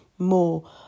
more